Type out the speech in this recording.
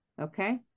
Okay